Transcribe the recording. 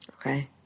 Okay